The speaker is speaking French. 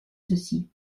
ceci